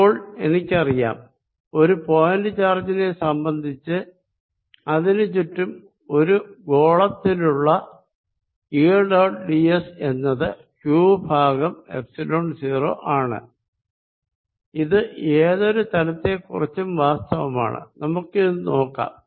ഇപ്പോൾ എനിക്കറിയാം ഒരു പോയിന്റ് ചാർജിനെ സംബന്ധിച്ച് അതിനു ചുറ്റും ഒരു ഗോളത്തിലുള്ള ഈ ഡോട്ട് ഡിഎസ് എന്നത് ക്യൂ ഭാഗം എപ്സിലോൺ 0 ആണ് ഇത് ഏതൊരു തലത്തെക്കുറിച്ചും വാസ്തവമാണ് നമുക്കിത് നോക്കാം